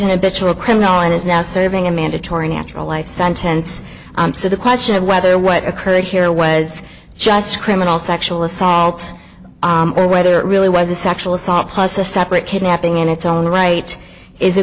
a criminal and is now serving a mandatory natural life sentence so the question of whether what occurred here was just criminal sexual assault or whether it really was a sexual assault plus a separate kidnapping in its own right is a